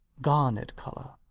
garnet color.